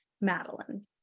madeline